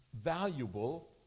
valuable